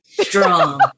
strong